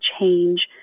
change